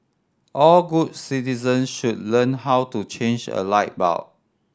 all good citizens should learn how to change a light bulb